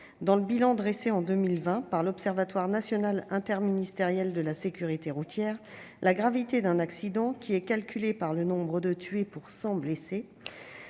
Dans le bilan dressé en 2020 par l'Observatoire national interministériel de la sécurité routière, la gravité d'un accident, établie en calculant le nombre de tués pour 100 blessés,